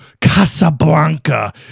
Casablanca